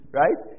right